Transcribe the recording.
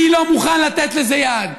אני לא מוכן לתת לזה יד.